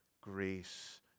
grace